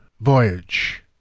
Voyage